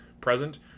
present